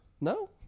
No